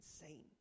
insane